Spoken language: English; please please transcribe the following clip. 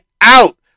out